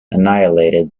annihilated